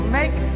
make